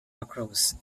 lacrosse